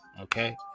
okay